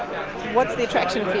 what's the attraction for you?